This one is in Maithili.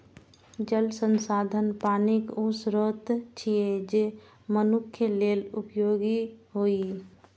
जल संसाधन पानिक ऊ स्रोत छियै, जे मनुक्ख लेल उपयोगी होइ